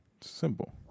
simple